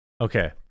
Okay